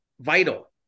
Vital